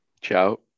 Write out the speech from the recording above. Ciao